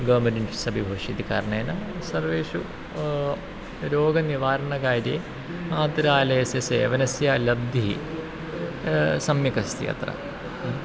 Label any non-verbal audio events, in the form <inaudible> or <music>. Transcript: government <unintelligible> अपि भविष्यति कारणेन सर्वेषु रोगनिवारणकार्ये आतुरालयस्य सेवनस्य लब्धिः सम्यक् अस्ति अत्र ह्म्